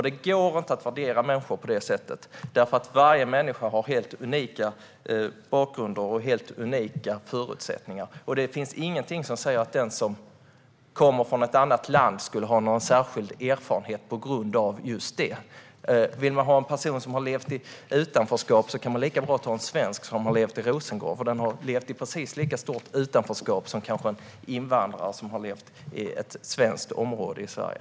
Det går inte att värdera människor på det sättet eftersom varje människa har en helt unik bakgrund och helt unika förutsättningar. Det finns ingenting som säger att den som kommer från ett annat land skulle ha en särskild erfarenhet på grund av just det. Vill man ha en person som har levt i utanförskap kan man lika gärna välja en svensk som har levt i Rosengård. Den personen har levt i precis lika stort utanförskap som en invandrare som har bott i ett svenskt område i Sverige.